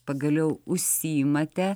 pagaliau užsiimate